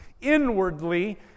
inwardly